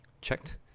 checked